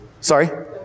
Sorry